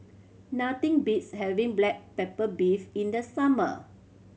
nothing beats having black pepper beef in the summer